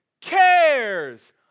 cares